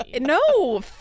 No